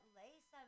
lace